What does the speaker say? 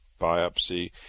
biopsy